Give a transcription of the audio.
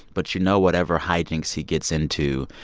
but you know whatever hijinks he gets into,